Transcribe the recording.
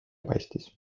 paistis